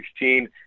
2016